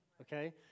okay